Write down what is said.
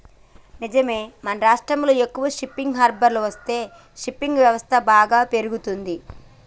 నిజమే మన రాష్ట్రంలో ఎక్కువ షిప్పింగ్ హార్బర్లు వస్తే ఫిషింగ్ వ్యవస్థ బాగా పెరుగుతంది